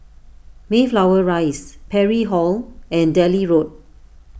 Mayflower Rise Parry Hall and Delhi Road